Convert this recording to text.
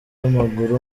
w’amaguru